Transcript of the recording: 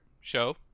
Show